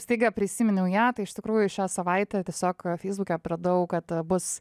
staiga prisiminiau ją tai iš tikrųjų šią savaitę tiesiog feisbuke atradau kad bus